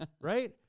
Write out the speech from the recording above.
right